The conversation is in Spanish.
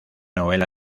novela